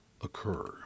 occur